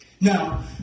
Now